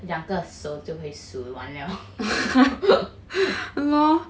两个手就会数完了